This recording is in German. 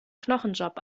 knochenjob